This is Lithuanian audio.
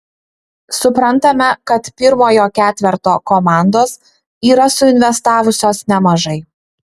suprantame kad pirmojo ketverto komandos yra suinvestavusios nemažai